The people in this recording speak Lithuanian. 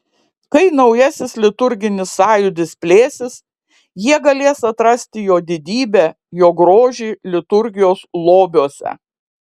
kai naujasis liturginis sąjūdis plėsis jie galės atrasti jo didybę jo grožį liturgijos lobiuose